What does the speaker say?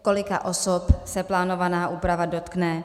Kolika osob se plánovaná úprava dotkne?